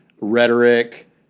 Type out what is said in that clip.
rhetoric